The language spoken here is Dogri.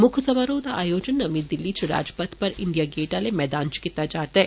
मुक्ख समारोह दा आयोजन नमीं दिल्ली च राजपथ पर इंडिया गेट आले मैदान च कीता जा'रदा ऐ